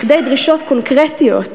לכדי דרישות קונקרטיות,